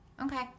Okay